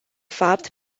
fapt